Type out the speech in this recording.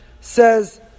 says